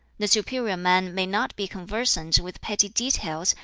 the superior man may not be conversant with petty details,